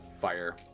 fire